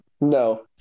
No